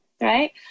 Right